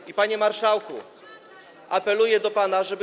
I panie marszałku, apeluję do pana, żeby.